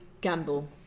gamble